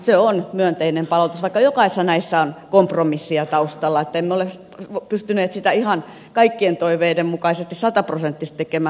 se on myönteinen palaute vaikka jokaisessa näissä on kompromisseja taustalla niin että emme ole pystyneet sitä ihan kaikkien toiveiden mukaisesti sataprosenttisesti tekemään